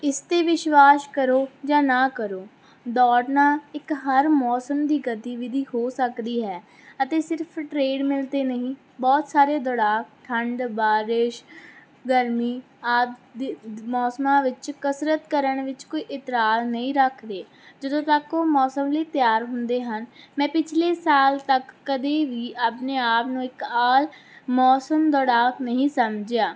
ਇਸ 'ਤੇ ਵਿਸ਼ਵਾਸ ਕਰੋ ਜਾਂ ਨਾ ਕਰੋ ਦੌੜਨਾ ਇੱਕ ਹਰ ਮੌਸਮ ਦੀ ਗਤੀਵਿਧੀ ਹੋ ਸਕਦੀ ਹੈ ਅਤੇ ਸਿਰਫ ਟ੍ਰੇਡ ਮਿਲ 'ਤੇ ਨਹੀਂ ਬਹੁਤ ਸਾਰੇ ਦੌੜਾਕ ਠੰਢ ਬਾਰਿਸ਼ ਗਰਮੀ ਆਦਿ ਦੇ ਮੌਸਮਾਂ ਵਿੱਚ ਕਸਰਤ ਕਰਨ ਵਿੱਚ ਕੋਈ ਇਤਰਾਜ਼ ਨਹੀਂ ਰੱਖਦੇ ਜਦੋਂ ਤੱਕ ਉਹ ਮੌਸਮ ਲਈ ਤਿਆਰ ਹੁੰਦੇ ਹਨ ਮੈਂ ਪਿਛਲੇ ਸਾਲ ਤੱਕ ਕਦੇ ਵੀ ਆਪਣੇ ਆਪ ਨੂੰ ਇੱਕ ਆਲ ਮੌਸਮ ਦੌੜਾਕ ਨਹੀਂ ਸਮਝਿਆ